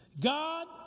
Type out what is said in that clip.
God